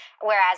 Whereas